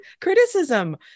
criticism